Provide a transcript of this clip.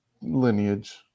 lineage